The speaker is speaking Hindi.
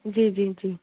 जी जी जी